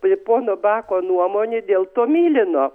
prie pono bako nuomonė dėl tomilino